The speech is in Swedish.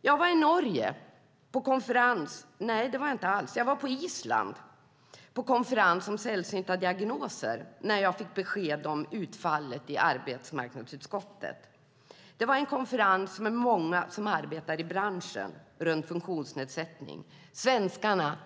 Jag var på Island på konferens om sällsynta diagnoser när jag fick besked om utfallet i arbetsmarknadsutskottet. Det var en konferens med många som arbetar i branschen runt funktionsnedsättning. Svenskarna